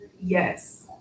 yes